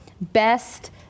best